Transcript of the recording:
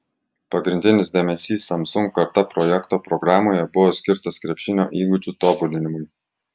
pagrindinis dėmesys samsung karta projekto programoje buvo skirtas krepšinio įgūdžių tobulinimui